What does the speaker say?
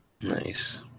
Nice